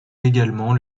également